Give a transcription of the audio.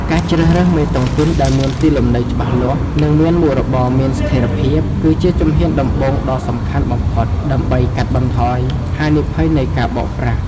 ការជ្រើសរើសមេតុងទីនដែលមានទីលំនៅច្បាស់លាស់ និងមានមុខរបរមានស្ថិរភាព គឺជាជំហានដំបូងដ៏សំខាន់បំផុត ដើម្បីកាត់បន្ថយហានិភ័យនៃការបោកប្រាស់។